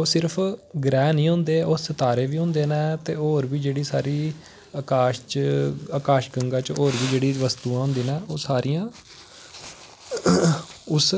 ओह् सिर्फ ग्रैह् निं होंदे ओह् सितारे बी होंदे न ते होर बी जेह्ड़ी साढ़ी आकाश च आकाश गंगा च होर बी जेह्ड़ी वस्तुआं होंदियां ना ओह् सारियां उस